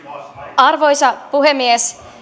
arvoisa puhemies